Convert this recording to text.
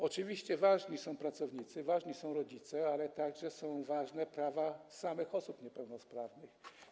Oczywiście ważni są pracownicy, ważni są rodzice, ale także ważne są prawa samych osób niepełnosprawnych.